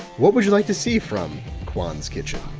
what would would like to see from kwan's kitchen?